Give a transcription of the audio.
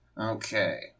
Okay